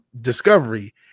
Discovery